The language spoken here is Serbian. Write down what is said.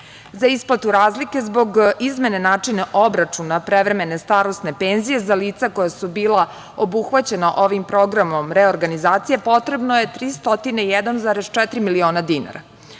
za isplatu razlike zbog izmene načina obračuna prevremene starosne penzije za lica koja su bila obuhvaćena ovim programom reorganizacije, potrebno je tri stotine